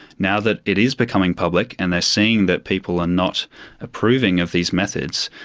now that it is becoming public and they're seeing that people are not approving of these methods,